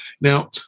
Now